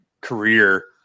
career